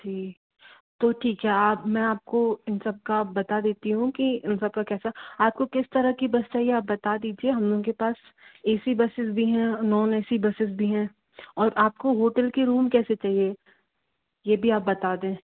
जी तो ठीक है आप मैं आपको इन सबका बता देती हूँ कि इन सब का कैसा आपको किस तरह की बस चाहिए आप बता दीजिए हम लोगों के पास ए सी बसेस भी हैं नॉन ए सी बसेस भी हैं और आपको होटल के रूम कैसे चाहिए ये भी आप बता दें